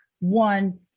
One